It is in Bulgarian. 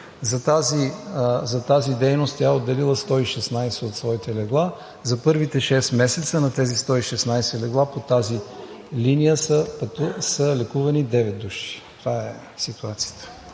За тази дейност тя е отделила 116 от своите легла. За първите шест месеца на тези 116 легла по тази линия са лекувани девет души. Това е ситуацията.